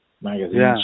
magazine